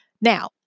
Now